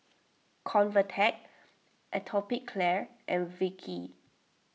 Convatec Atopiclair and Vichy